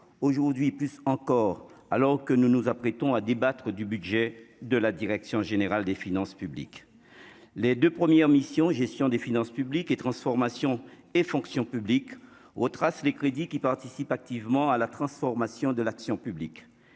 aujourd'hui plus encore, alors que nous nous apprêtons à débattre du budget de la direction générale des finances publiques les deux premières missions Gestion des finances publiques et transformation et fonction publique retrace les crédits qui participent activement à la transformation de l'action publique,